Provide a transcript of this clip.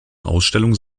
ausstellung